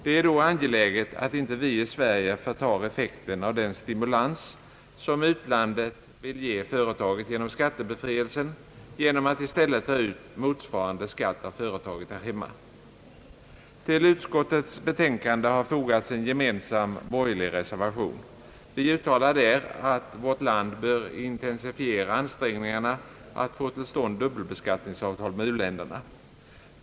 Det är då angeläget att inte vi i Sverige förtar effekten av den stimulans, som u-landet vill ge företaget genom skattebefrielsen, genom att i stället ta ut motsvarande skatt av företaget här hemma. Till utskottets betänkande har fogats en gemensam borgerlig reservation. Vi uttalar där, att vårt land bör intensifiera ansträngningarna att få till stånd dubbelbeskattningsavtal med u-länderna.